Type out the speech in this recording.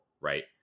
right